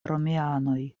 romianoj